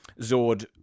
Zord